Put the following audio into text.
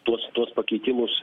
tuos tuos pakeitimus